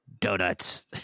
donuts